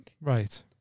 right